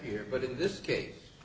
here but in this case